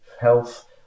health